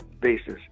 basis